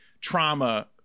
trauma